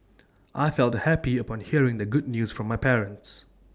I felt happy upon hearing the good news from my parents